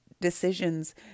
decisions